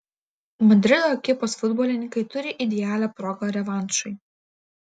madrido ekipos futbolininkai turi idealią progą revanšui